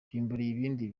ibindi